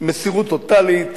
מסירות טוטלית,